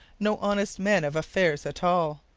no honest men of affairs at all.